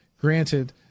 Granted